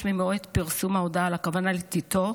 ממועד פרסום ההודעה על הכוונה לתיתו,